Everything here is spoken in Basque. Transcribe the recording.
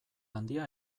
handia